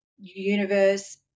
universe